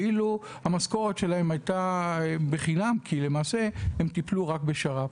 והמשכורת שלהם הייתה בחינם כי למעשה הם טיפלו רק בשר"פ.